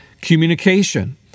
communication